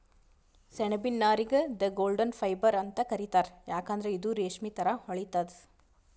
ಸೆಣಬಿನ್ ನಾರಿಗ್ the golden fibre ಅಂತ್ ಕರಿತಾರ್ ಯಾಕಂದ್ರ್ ಇದು ರೇಶ್ಮಿ ಥರಾ ಹೊಳಿತದ್